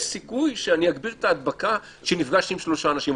יש סיכוי שאני אגביר את ההדבקה כשנפגשתי עם שלושה אנשים.